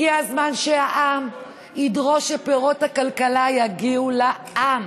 הגיע הזמן שהעם ידרוש שפירות הכלכלה יגיעו לעם.